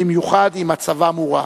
במיוחד אם מצבם הורע.